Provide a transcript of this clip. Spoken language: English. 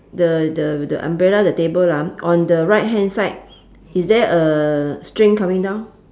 the the the umbrella the table ah on the right hand side is there a string coming down